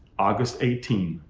august eighteen,